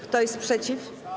Kto jest przeciw?